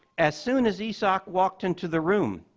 as soon as isaac walked into the room,